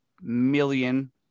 million